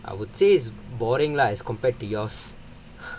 I would say is boring lah as compared to yours